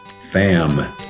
fam